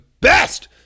best